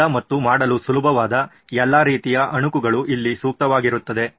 ಅಗ್ಗದ ಮತ್ತು ಮಾಡಲು ಸುಲಭವಾದ ಎಲ್ಲಾ ರೀತಿಯ ಅಣಕುಗಳು ಇಲ್ಲಿ ಸೂಕ್ತವಾಗಿರುತ್ತದೆ